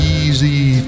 easy